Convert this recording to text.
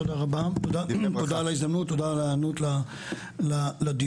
תודה על ההזדמנות ועל ההיענות לדיון.